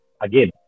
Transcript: again